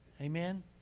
Amen